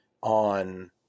on